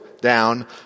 down